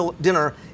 dinner